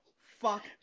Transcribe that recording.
Fuck